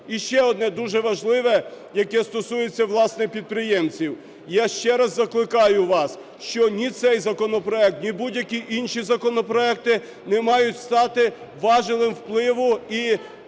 І ще одне, дуже важливе, яке стосується, власне, підприємців. Я ще раз закликаю вас, що ні цей законопроект, ні будь-які інші законопроекти не мають стати важелем впливу і